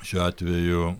šiuo atveju